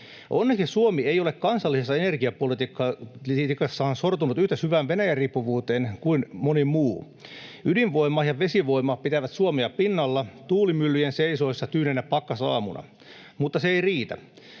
Onneksi Suomi ei ole kansallisessa energiapolitiikassaan sortunut yhtä syvään Venäjä-riippuvuuteen kuin moni muu. Ydinvoima ja vesivoima pitävät Suomea pinnalla tuulimyllyjen seisoessa tyynenä pakkasaamuna. Mutta se ei riitä.